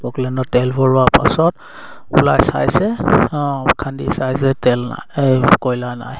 বকলেণ্ডত তেল ভৰোৱাৰ পাছত ওলাই চাইছে খান্দি চাই যে তেল নাই এই কয়লা নাই